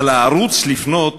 על הערוץ לפנות